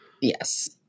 yes